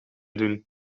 doen